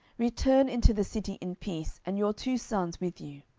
return into the city in peace, and your two sons with you,